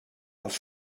els